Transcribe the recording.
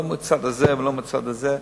לא מהצד הזה ולא מהצד הזה,